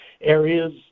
areas